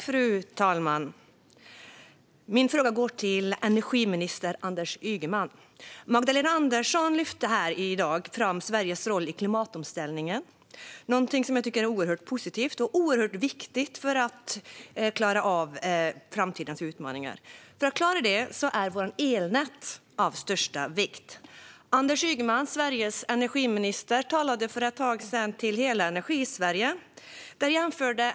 Fru talman! Min fråga går till energiminister Anders Ygeman. Magdalena Andersson lyfte tidigare i dag fram Sveriges roll i klimatomställningen. Det är något som jag tycker är oerhört positivt och viktigt för att klara av framtidens utmaningar. Men för att vi ska klara det är våra elnät av största vikt. Anders Ygeman, Sveriges energiminister, talade för ett tag sedan till hela Energisverige.